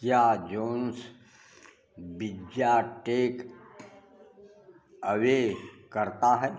क्या John's pizza takeaway करता है